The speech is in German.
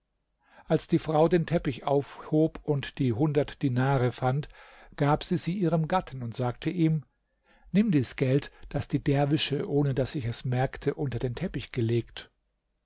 als die frau den teppich aufhob und die hundert dinare fand gab sie sie ihrem gatten und sagte ihm nimm dies geld das die derwische ohne daß ich es merkte unter den teppich gelegt